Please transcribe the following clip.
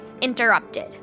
interrupted